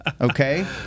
okay